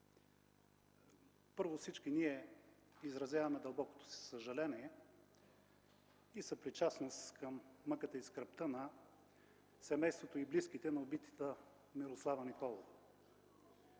Първо, всички ние изразяваме дълбокото си съжаление и съпричастност към мъката и скръбта на семейството и близките на убитата Мирослава Николова.